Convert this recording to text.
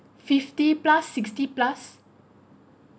fifty plus sixty plus